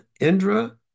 Indra